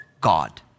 God